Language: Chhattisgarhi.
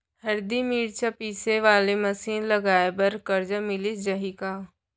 हरदी, मिरचा पीसे वाले मशीन लगाए बर करजा मिलिस जाही का?